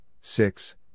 six